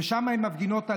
ושם הן מפגינות,